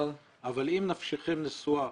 אבל אם נפשכם נשואה